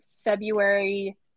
February